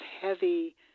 heavy